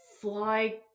fly